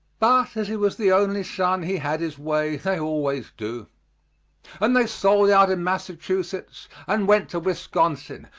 but as he was the only son he had his way they always do and they sold out in massachusetts and went to wisconsin,